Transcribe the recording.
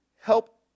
help